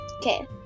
Okay